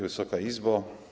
Wysoka Izbo!